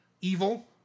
evil